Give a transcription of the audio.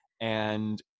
And-